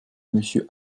monsieur